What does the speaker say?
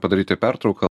padaryti pertrauką